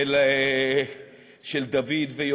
אם אמרת בעת החדשה, של דוד ויהונתן,